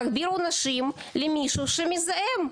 להגביר עונשים למי שמזהם.